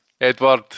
Edward